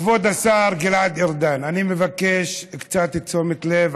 כבוד השר גלעד ארדן, אני מבקש קצת תשומת לב.